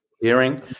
hearing